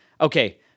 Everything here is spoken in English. okay